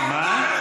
מה?